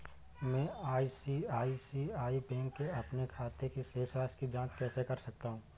मैं ICICI bank के अपने खाते की शेष राशि की जाँच कैसे कर सकता हूँ?